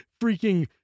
freaking